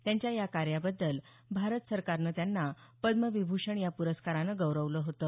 त्यांच्या या कार्याबद्दल भारत सरकारनं त्यांना पद्मविभ्षण या प्रस्कारानं गौरवलं होतं